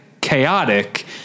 chaotic